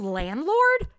landlord